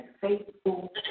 faithful